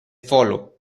follow